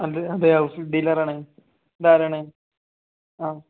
അതെ അതെയ ഡീലറാണ് ഇതാരാണ് ആ